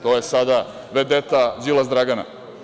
To je sada vedeta Đilas Dragana.